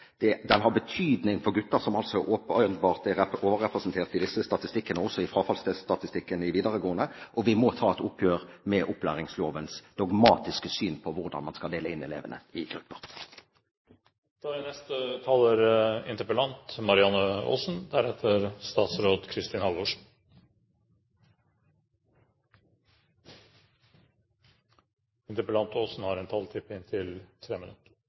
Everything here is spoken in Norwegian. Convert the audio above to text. den har betydning for gutter, som altså åpenbart er overrepresentert i disse statistikkene, også i frafallsstatistikken i videregående. Vi må ta et oppgjør med opplæringslovens dogmatiske syn på hvordan man skal dele inn elevene i grupper. Takk for bidrag i debatten. Jeg synes det som alltid er